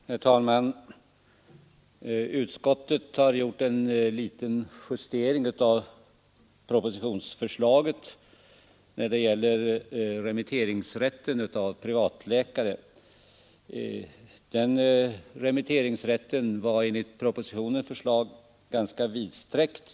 Herr talman! Utskottet har gjort en liten justering av propositionsförslaget när det gäller remitteringsrätten för privatläkare. Den remitteringsrätten var enligt propositionens förslag ganska vidsträckt.